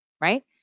right